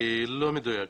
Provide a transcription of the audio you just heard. לא מדויק.